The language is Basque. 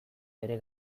bere